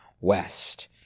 west